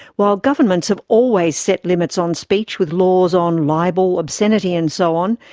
while governments have always set limits on speech with laws on libel, obscenity and so on,